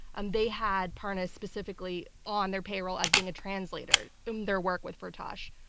um they had partners specifically on their payroll as being a translator in their work with firtash.